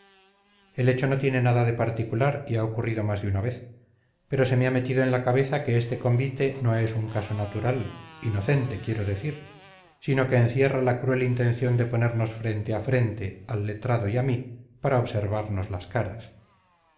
el hecho no tiene nada de particular y ha ocurrido más de una vez pero se me ha metido en la cabeza que este convite no es un caso natural inocente quiero decir sino que encierra la cruel intención de ponernos frente a frente al letrado y a mí para observarnos las caras